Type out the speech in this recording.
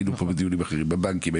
היינו פה בדיונים אחרים, בבנקים.